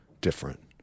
different